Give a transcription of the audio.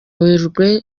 werurwe